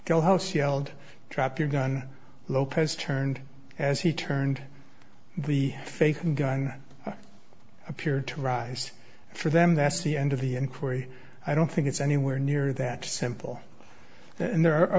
go house yelled drop your gun lopez turned as he turned the fake gun appeared to rise for them that's the end of the inquiry i don't think it's anywhere near that simple and there are a